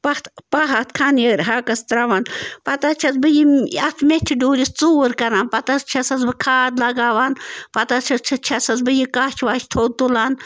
پَتھ پَہہ اَتھ خانیٲرۍ ہاکس ترٛاوان پتہٕ حظ چھَس بہٕ یِم اَتھ مٮ۪تھِ ڈوٗرِس ژوٗر کَران پتہٕ حظ چھَسَس بہٕ کھاد لَگاوان پتہٕ حظ چھِس چھَسَس بہٕ یہِ کَچھ وَچھ تھوٚد تُلان